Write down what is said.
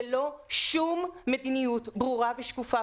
ללא שום מדיניות ברורה ושקופה.